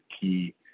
key